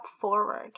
forward